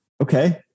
okay